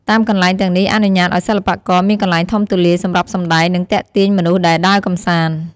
តាមកន្លែងទាំងនេះអនុញ្ញាតឱ្យសិល្បករមានកន្លែងធំទូលាយសម្រាប់សម្ដែង និងទាក់ទាញមនុស្សដែលដើរកម្សាន្ត។